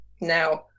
Now